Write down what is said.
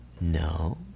No